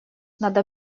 надо